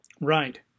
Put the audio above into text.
Right